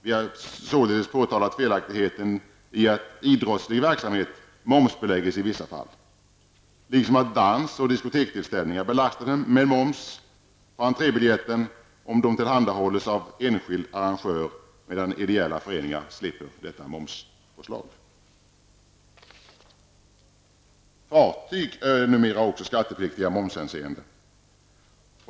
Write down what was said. Vi har således påtalat felaktigheten i att idrottslig verksamhet momsbelägges i vissa fall, liksom att dans och diskotekstillställningar belastas med moms på entrébiljetten om de tillhandahålles av enskild arrangör medan ideella föreningar slipper detta momspåslag. Fartyg är numera också skattepliktiga i momshänseende.